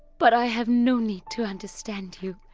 but i have no need to understand you.